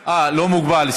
אה, לא מוגבל.